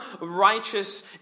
righteous